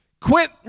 Quit